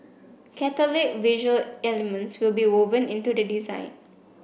catholic visual elements will be woven into the design